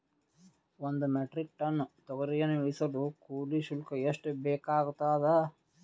ಒಂದು metric ton ತೊಗರಿಯನ್ನು ಇಳಿಸಲು ಕೂಲಿ ಶುಲ್ಕ ಎಷ್ಟು ಬೇಕಾಗತದಾ?